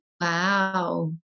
Wow